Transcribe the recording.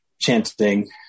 chanting